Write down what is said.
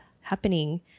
happening